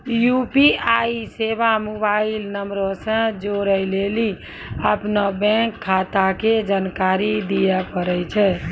UPI सेबा mobile नंबरो से जोड़ै लेली अपनो बैंक खाता के जानकारी दिये पड़ै छै